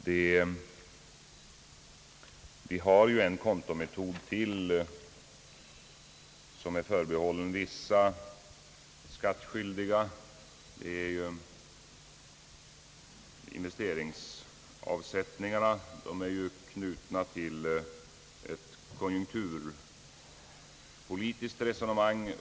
Det finns ytterligare en kontometod som är förbehållen vissa skattskyldiga, nämligen konjunkturfondsavsättningarna. Dessa är knutna till ett konjunktur politiskt resonemang.